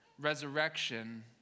resurrection